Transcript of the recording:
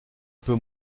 peu